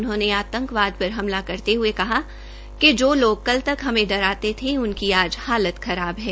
उन्होंने आंतकवादी पर हमला करते हये कहा कि जो लोग कल तक हमें डराते थे उनकी आज हालत खराब है